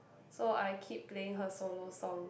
so I keep playing her solo song